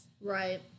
Right